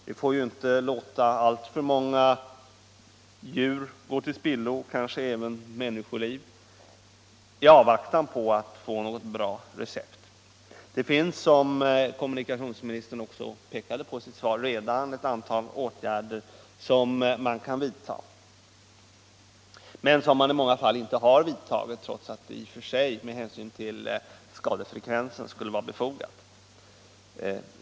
Vi får ju inte låta alltför många djur gå till spillo, kanske även människoliv, i avvaktan på att få något bra recept. Det finns, som kommunikationsministern också pekade på i sitt svar, redan ett antal åtgärder som man kan vidta men som man i många fall inte har vidtagit, trots att det i och för sig med hänsyn till skadefrekvensen skulle vara befogat.